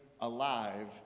alive